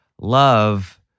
love